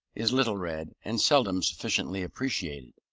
is little read, and seldom sufficiently appreciated.